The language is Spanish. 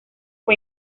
fue